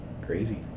crazy